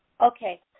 Okay